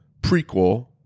prequel